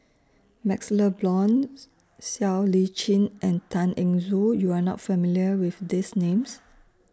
MaxLe Blond Siow Lee Chin and Tan Eng Joo YOU Are not familiar with These Names